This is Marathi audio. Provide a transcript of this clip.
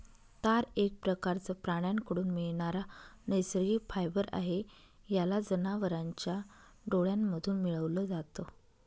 तार एक प्रकारचं प्राण्यांकडून मिळणारा नैसर्गिक फायबर आहे, याला जनावरांच्या डोळ्यांमधून मिळवल जात